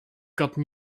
gotten